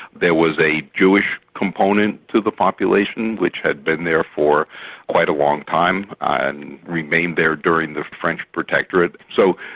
there was a jewish component to the population, which had been there for quite a long time, and remained there during the french protectorate. so,